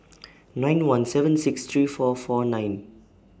nine one seven six three four four nine